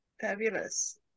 fabulous